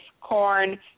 corn